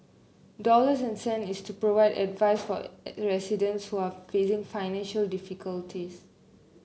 dollars and cent is to provide advice for a residents who are facing financial difficulties